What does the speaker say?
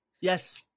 Yes